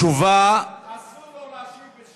שתשובה, אסור לו לעשות את זה.